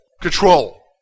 Control